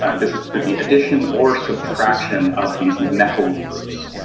ah this is through the addition or subtraction of these methyl groups,